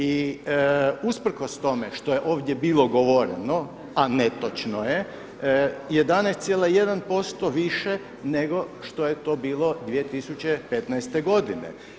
I usprkos tome što je ovdje bio govorene a netočno je 11,1% više nego što je to bilo 2015. godine.